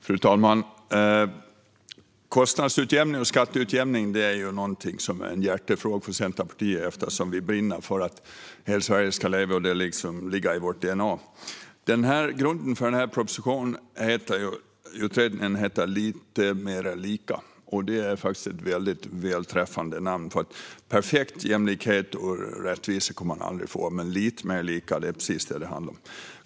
Fru talman! Kostnadsutjämning och skatteutjämning är en hjärtefråga för Centerpartiet eftersom vi brinner för att hela Sverige ska leva. Det ligger liksom i vårt DNA. Den utredning som är grunden för propositionen heter Lite mer lika . Det är faktiskt ett väldigt träffande namn, för perfekt jämlikhet och rättvisa kommer man aldrig att få. Lite mer lika är precis vad det handlar om.